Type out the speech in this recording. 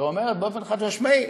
אומרת באופן חד-משמעי,